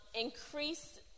increase